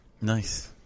nice